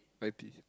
ninety